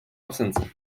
absence